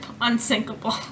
unsinkable